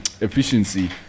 efficiency